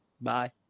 bye